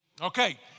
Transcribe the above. Okay